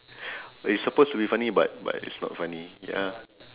it's supposed to be funny but but it's not funny ya